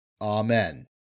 Amen